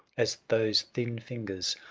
as those thin fingers,